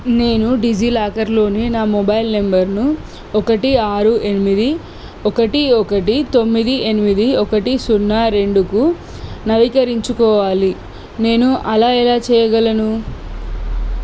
నేను డిజిలాకర్లోని నా మొబైల్ నంబర్ను ఒకటి ఆరు ఎనిమిది ఒకటి ఒకటి తొమ్మిది ఎనిమిది ఒకటి సున్నా రెండుకు నవీకరించుకోవాలి నేను అలా ఎలా చేయగలను